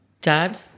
dad